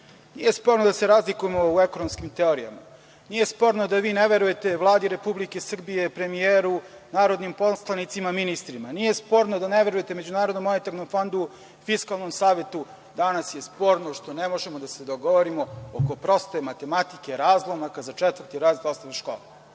nije sporno da se razlikujemo u ekonomskim teorijama, nije sporno da vi ne verujete Vladi Republike Srbije, premijeru, narodnim poslanicima, ministrima, nije sporno da ne verujete MMF, Fiskalnom savetu. Danas je sporno što ne možemo da se dogovorimo oko proste matematike razlomaka za četvrti razred osnovne škole.